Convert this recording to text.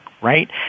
Right